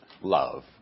love